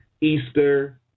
Easter